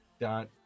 dot